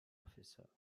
officer